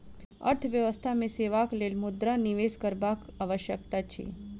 अर्थव्यवस्था मे सेवाक लेल मुद्रा निवेश करबाक आवश्यकता अछि